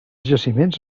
jaciments